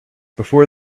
before